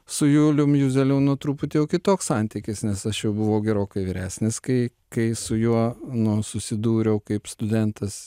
su julium juzeliūnu truputį jau kitoks santykis nes aš jau buvau gerokai vyresnis kai kai su juo nu susidūriau kaip studentas